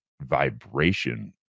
vibration